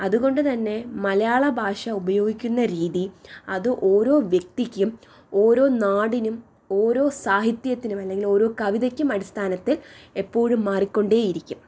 അതുകൊണ്ട് തന്നെ മലയാളഭാഷ ഉപയോഗിക്കുന്ന രീതി അത് ഓരോ വ്യക്തിക്കും ഓരോ നാടിനും ഓരോ സാഹിത്യത്തിനും അല്ലെങ്കിൽ ഓരോ കവിതക്കും അടിസ്ഥാനത്തിൽ എപ്പോഴും മാറിക്കൊണ്ടേയിരിക്കും